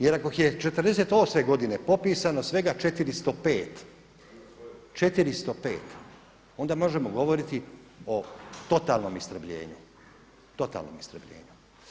Jer ako je '48. godine popisano svega 405, onda možemo govoriti o totalnom istrebljenju, totalnom istrebljenju.